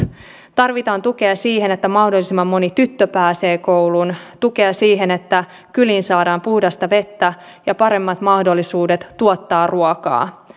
tarvitaan tukea siihen että mahdollisimman moni tyttö pääsee kouluun tukea siihen että kyliin saadaan puhdasta vettä ja paremmat mahdollisuudet tuottaa ruokaa